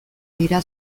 dira